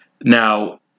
Now